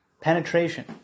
penetration